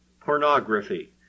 pornography